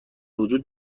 وجود